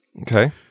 Okay